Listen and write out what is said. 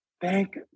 thank